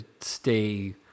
stay